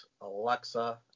Alexa